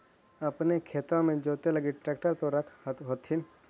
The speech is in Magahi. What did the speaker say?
अपने खेतबा मे जोते लगी ट्रेक्टर तो रख होथिन?